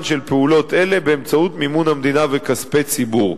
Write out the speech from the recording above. של פעולות אלה באמצעות מימון המדינה וכספי ציבור.